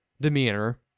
demeanor